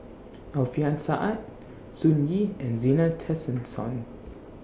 Alfian Sa'at Sun Yee and Zena Tessensohn